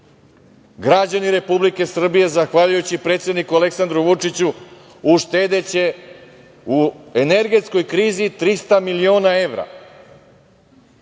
građani Republike Srbije zahvaljujući predsedniku Aleksandru Vučiću uštedeće u energetskoj krizi 300 miliona evra.